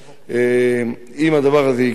אם הדבר הזה יקרה,